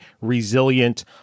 resilient